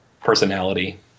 personality